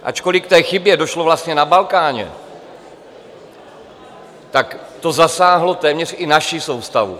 Ačkoli k té chybě došlo vlastně na Balkáně, tak to zasáhlo téměř i naši soustavu.